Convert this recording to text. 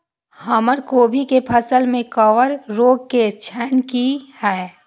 हमर कोबी के फसल में कवक रोग के लक्षण की हय?